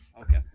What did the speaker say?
Okay